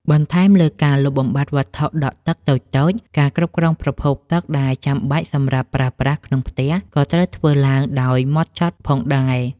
បន្ថែមលើការលុបបំបាត់វត្ថុដក់ទឹកតូចៗ ការគ្រប់គ្រងប្រភពទឹកដែលចាំបាច់សម្រាប់ប្រើប្រាស់ក្នុងផ្ទះក៏ត្រូវធ្វើឡើងដោយហ្មត់ចត់ផងដែរ។